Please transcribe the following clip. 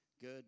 Good